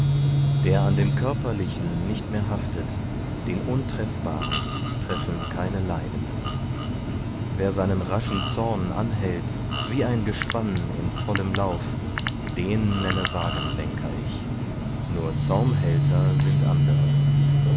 der an dem körperlichen nicht mehr haftet den untreffbaren treffen keine leiden wer seinen raschen zorn anhält wie ein gespann in vollem lauf den nenne wagenlenker ich nur zaumhälter sind andere